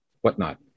whatnot